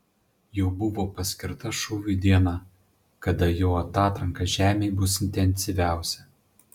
jau buvo paskirta šūviui diena kada jo atatranka žemei bus intensyviausia